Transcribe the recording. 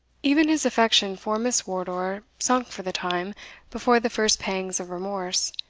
even his affection for miss wardour sunk for the time before the first pangs of remorse,